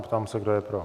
Ptám se, kdo je pro?